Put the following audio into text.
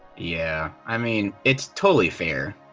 yeah, i mean, it's totally fair.